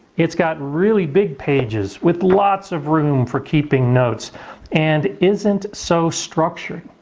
it's got really big pages with lots of room for keeping notes and isn't so structured.